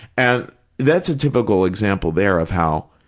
and that's a typical example there of how,